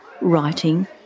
Writing